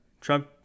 Trump